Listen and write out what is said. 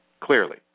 clearly